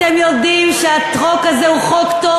אתם יודעים שהחוק הזה הוא חוק טוב,